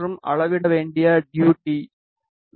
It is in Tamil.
மற்றும் அளவிட வேண்டிய டி யு டி வி